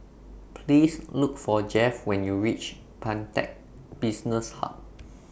Please Look For Jeff when YOU REACH Pantech Business Hub